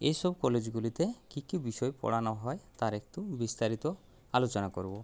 এইসব কলেজগুলিতে কী কী বিষয় পড়ানো হয় তার একটু বিস্তারিত আলোচনা করবো